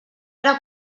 era